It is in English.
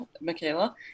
Michaela